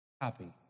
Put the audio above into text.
Happy